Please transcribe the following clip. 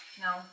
No